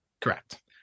Correct